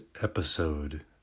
episode